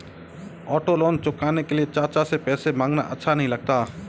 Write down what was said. auto loan चुकाने के लिए चाचा से पैसे मांगना अच्छा नही लगता